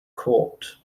court